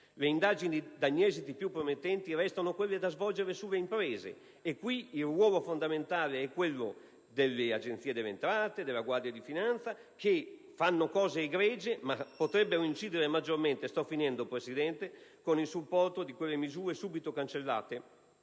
Le indagini dagli esiti più promettenti restano quelle da svolgere sulle imprese e qui il ruolo fondamentale è quello delle Agenzie delle entrate e della Guardia di finanza, che fanno cose egregie ma potrebbero incidere maggiormente con il supporto di quelle misure subito cancellate